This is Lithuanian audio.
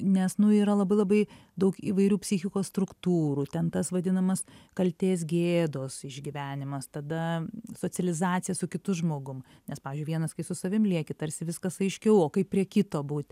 nes nu yra labai labai daug įvairių psichikos struktūrų ten tas vadinamas kaltės gėdos išgyvenimas tada socializacija su kitu žmogum nes pavyzdžiui vienas kai su savim lieki tarsi viskas aiškiau o kaip prie kito būt